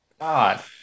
God